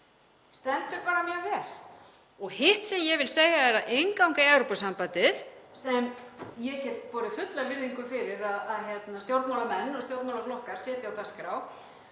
stendur bara mjög vel. Og hitt sem ég vil segja er að innganga í Evrópusambandið, sem ég get borið fulla virðingu fyrir að stjórnmálamenn og stjórnmálaflokkar setji á dagskrá,